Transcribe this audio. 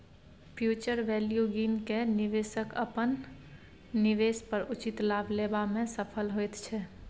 future value गिन केँ निबेशक अपन निबेश पर उचित लाभ लेबा मे सफल होइत छै